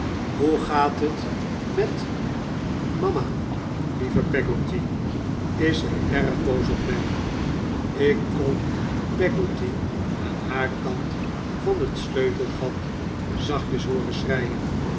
hoe gaat het met mama lieve peggotty is zij erg boos op mij ik kon peggotty aan haar kant van het sleutelgat zachtjes hooren schreien